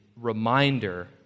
reminder